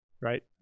right